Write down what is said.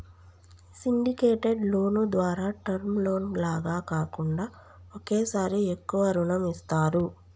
syndicated loan ద్వారా term loan లాగా కాకుండా ఒకేసారి ఎక్కువ రుణం ఇస్తారు